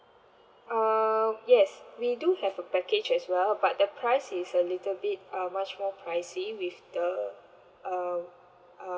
um yes we do have a package as well but the price is a little bit um much more pricey with the um uh